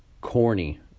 corny